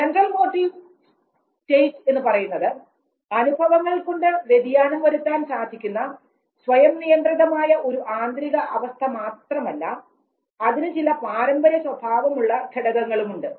central motive state എന്നു പറയുന്നത് അനുഭവങ്ങൾ കൊണ്ട് വ്യതിയാനം വരുത്താൻ സാധിക്കുന്ന സ്വയം നിയന്ത്രിതമായ ഒരു ആന്തരിക അവസ്ഥ മാത്രമല്ല അതിനു ചില പാരമ്പര്യ സ്വഭാവമുള്ള ഘടകങ്ങളുമുണ്ട്